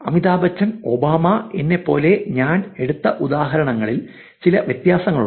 Amitabh Bachchan Obama എന്നെപ്പോലെ ഞാൻ എടുത്ത ഉദാഹരണങ്ങളിൽ ചില വ്യത്യാസങ്ങളുണ്ട്